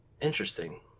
Interesting